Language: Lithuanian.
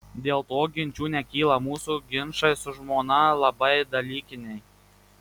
dėl to ginčų nekyla mūsų ginčai su žmona labai dalykiniai